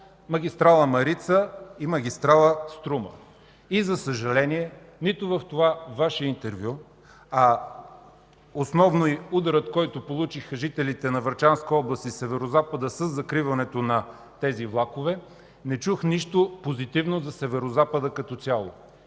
магистрала „Марица” и магистрала „Струма”. За съжаление, в това Ваше интервю, а основно ударът, който получиха жителите на Врачанска област и Северозапада, е със закриването на тези влакове, не чух нищо позитивно за Северозапада като цяло.